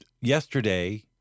yesterday